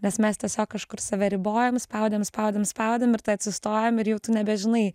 nes mes tiesiog kažkur save ribojom spaudėm spaudėm spaudėm ir tada atsistojom ir jau tu nebežinai